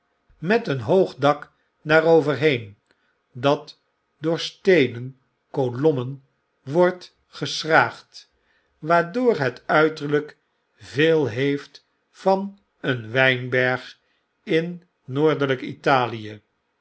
met een hoog dak daarover heen dat door steenen kolommen wordt geschraagd waardoor het uiterlijk yeelheeftvan een wynberg in noordelijk italie